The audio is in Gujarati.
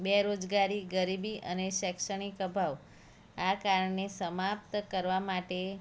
બેરોજગારી ગરીબી અને શૈક્ષણિક અભાવ આ કારણને સમાપ્ત કરવા માટે